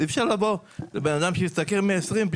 אי אפשר לבוא לבן אדם שהשתכר 20,000